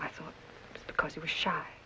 i thought because he was shot